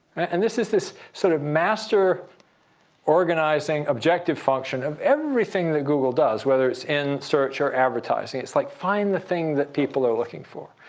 and this is this sort of master organizing objective function of everything that google does, whether it's in search or advertising. it's, like, find the thing that people are looking for.